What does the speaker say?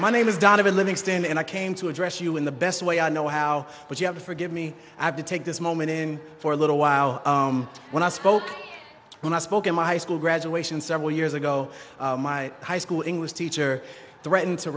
my name is donovan livingston and i came to address you in the best way i know how but you have to forgive me i have to take this moment in for a little while when i spoke when i spoke at my high school graduation several years ago my high school english teacher threatened to